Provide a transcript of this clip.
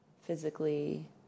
physically